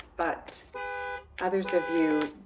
but others of you.